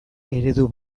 eredu